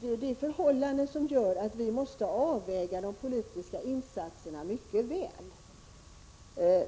Det förhållandet gör att vi måste avväga de politiska insatserna mycket väl.